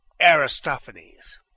Aristophanes